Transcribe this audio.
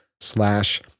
slash